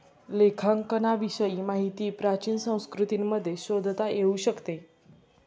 लेखांकनाविषयी माहिती प्राचीन संस्कृतींमध्ये शोधता येऊ शकते